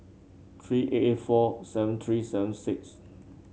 three eight eight four seven three seven six